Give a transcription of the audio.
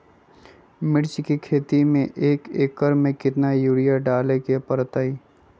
मिर्च के खेती में एक एकर में कितना यूरिया डाले के परतई?